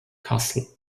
kassel